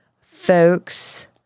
Folks